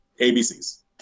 ABCs